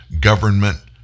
government